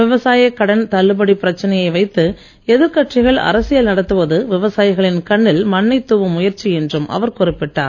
விவசாயக் கடன் தள்ளுபடி பிரச்சனையை வைத்து எதிர்க்கட்சிகள் அரசியல் நடத்துவது விவசாயிகளின் கண்ணில் மண்ணைத் தூவும் முயற்சி என்றும் அவர் குறிப்பிட்டார்